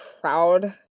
proud